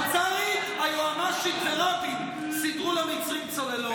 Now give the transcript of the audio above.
הפצ"רית, היועמ"שית ורבין סידרו למצרים צוללות.